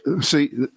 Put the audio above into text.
See